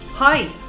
Hi